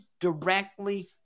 directly